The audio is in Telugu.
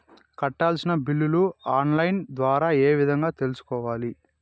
కట్టాల్సిన బిల్లులు ఆన్ లైను ద్వారా ఏ విధంగా తెలుసుకోవాలి?